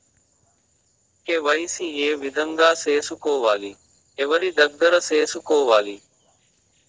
KYC ఏ విధంగా సేసుకోవాలి? ఎవరి దగ్గర సేసుకోవాలి?